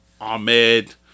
Ahmed